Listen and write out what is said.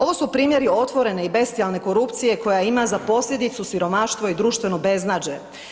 Ovo su primjeri otvorene i bestijalne korupcije koja ima za posljedicu siromaštvo i društveno beznađe.